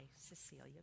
Cecilia